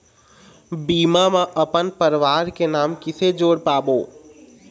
बीमा म अपन परवार के नाम किसे जोड़ पाबो?